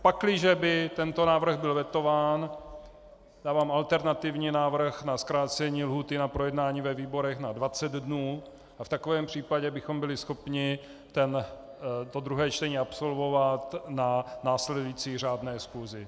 Pakliže by tento návrh byl vetován, dávám alternativní návrh na zkrácení lhůty na projednání ve výborech na dvacet dnů a v takovém případě bychom byli schopni to druhé čtení absolvovat na následující řádné schůzi.